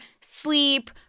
sleep